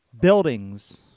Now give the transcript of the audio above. buildings